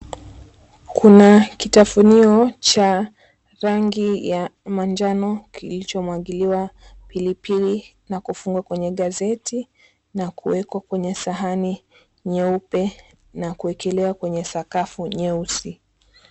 Kuna kitafunio cha rangi ya manjano kilichomwagiliwa pilipili na kufungwa kwenye gazeti na kuwekwa kwenye sahani nyeupe na kuekelewa kwenye sakafu nyeusi.